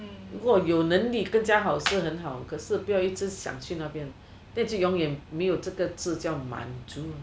如果有能力更较好是很好可是不要一直想去那边那就永远没有这佳子叫满足